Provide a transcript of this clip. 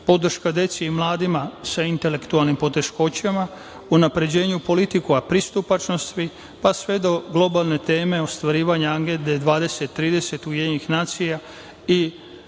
podrška deci i mladima sa intelektualnim poteškoćama, unapređenju politike pristupačnosti, pa sve do globalne teme ostvarivanja Agende 2030 Ujedinjenih nacija i